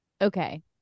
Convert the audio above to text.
Okay